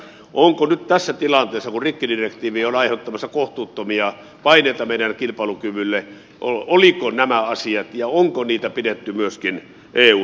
onko nyt tässä tilanteessa kun rikkidirektiivi on aiheuttamassa kohtuuttomia paineita meidän kilpailukyvylle oli kun nämä asiat ja näitä asioita pidetty myöskin eun suhteen esillä